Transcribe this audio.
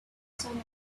some